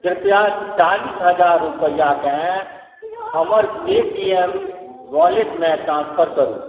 कृपया चालीस हजार रूपैआकेँ हमर पे टीएम वॉलेटमे ट्रांसफर करू